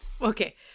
Okay